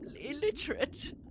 Illiterate